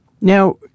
Now